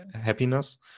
happiness